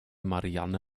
marianne